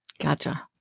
Gotcha